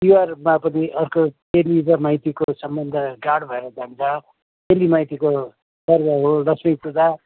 तिहारमा पनि अर्को चेली र माइतीको सम्बन्ध गाढा भएर जान्छ चेली माइतीको पर्व हो लक्ष्मी पूजा